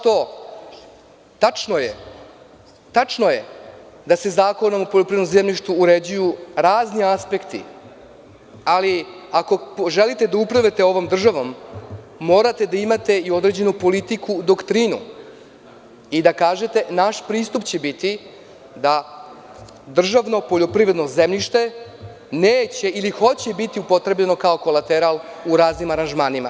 Tačno je da se Zakonom o poljoprivrednom zemljištu uređuju razni aspekti, ali, ako želite da upravljate ovom državom, morate da imate i određenu politiku, doktrinu, i da kažete – naš pristup će biti da državno poljoprivredno zemljište neće ili hoće biti upotrebljeno kao kolateral u raznim aranžmanima.